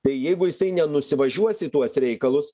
tai jeigu jisai nenusivažiuos į tuos reikalus